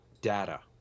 data